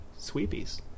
Sweepies